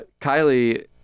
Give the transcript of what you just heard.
Kylie